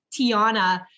tiana